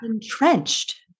entrenched